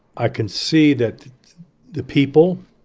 i can see that the people,